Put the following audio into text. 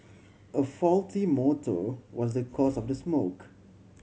a faulty motor was the cause of the smoke